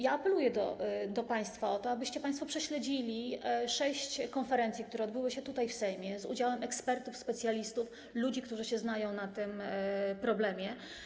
Ja apeluję do państwa o to, abyście państwo prześledzili przebieg sześciu konferencji, które odbyły się tutaj, w Sejmie, z udziałem ekspertów, specjalistów, ludzi, którzy się znają na tym problemie.